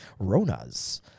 Ronas